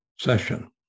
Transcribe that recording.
session